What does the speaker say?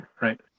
right